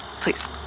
Please